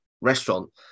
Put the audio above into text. restaurant